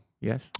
yes